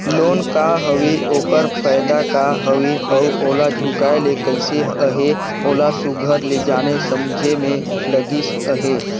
loan का हवे ओकर फएदा का हवे अउ ओला चुकाए ले कइसे अहे ओला सुग्घर ले जाने समुझे में लगिस अहे